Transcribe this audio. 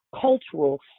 cultural